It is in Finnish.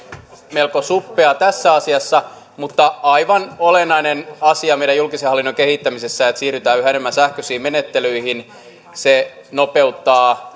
melko suppea tässä asiassa mutta aivan olennainen asia meidän julkisen hallinnon kehittämisessä on se että siirrytään yhä enemmän sähköisiin menettelyihin se nopeuttaa